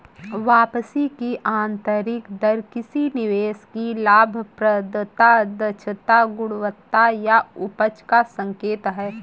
वापसी की आंतरिक दर किसी निवेश की लाभप्रदता, दक्षता, गुणवत्ता या उपज का संकेत है